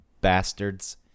bastards